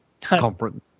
conference